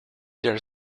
their